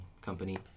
company